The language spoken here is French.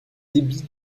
débits